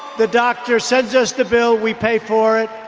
the doctor said just the bill. we pay for it.